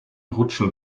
rutschen